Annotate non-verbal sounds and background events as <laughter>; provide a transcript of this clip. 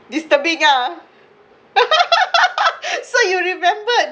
disturbing ah <laughs> so you remembered